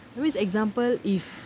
that means example if